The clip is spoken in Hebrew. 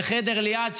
וחדר ליד,